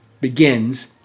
begins